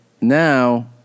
Now